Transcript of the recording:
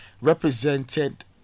represented